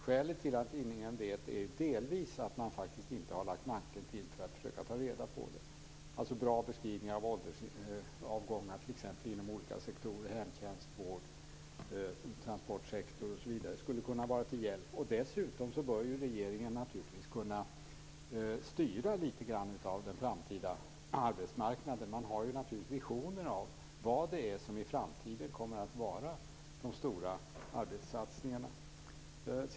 Skälet till att ingen vet är delvis att man faktiskt inte har lagt manken till för att försöka ta reda på saker och ting. Bra beskrivningar av åldersavgångar inom olika sektorer som hemtjänsten, vården, transportsektorn osv. skulle kunna vara till hjälp. Dessutom bör regeringen kunna styra litet av den framtida arbetsmarknaden. Man har naturligtvis visioner om vilka de stora arbetssatsningarna kommer att vara i framtiden.